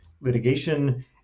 litigation